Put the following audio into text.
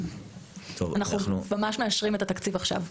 אנחנו ממש מאשרים את התקציב עכשיו.